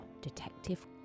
Detective